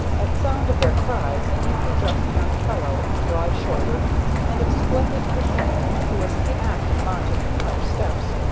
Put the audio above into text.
at sound of their cries, a neatly dressed young fellow, broad-shouldered and of splendid physique, who was in the act of mounting the car-steps,